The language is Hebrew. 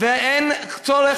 ואין צורך